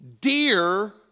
dear